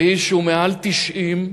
האיש הוא מעל 90,